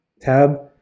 tab